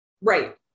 Right